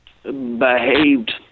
Behaved